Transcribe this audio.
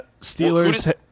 Steelers